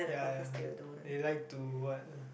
ya ya they like to what